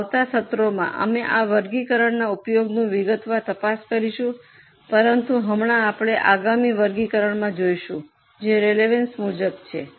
અને આવતા સત્રોમાં અમે આ વર્ગીકરણના ઉપયોગની વિગતવાર તપાસ કરીશું પરંતુ હમણાં આપણે આગામી વર્ગીકરણમાં જોઈશું જે રેલેવન્સ મુજબ છે